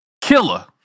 Killer